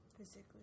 Physically